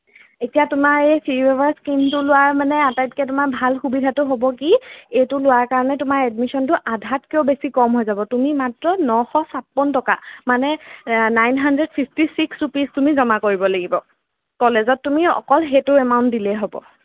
এতিয়া তোমাৰ এই ফি ৱেইভাৰ স্কীমটো লোৱা মানে আটাইতকৈ তোমাৰ ভাল সুবিধাটো হ'ব কি এইটো লোৱাৰ কাৰণে তোমাৰ এডমিশ্যনটো আধাতকৈও বেছি কম হৈ যাব তুমি মাত্ৰ নশ চাপ্পন টকা মানে nine hundred fifty six rupees তুমি জমা কৰিব লাগিব কলেজত তুমি অকল সেইটো এমাউণ্ট দিলেই হ'ব